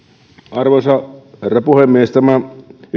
arvoisa herra puhemies tämä